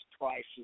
prices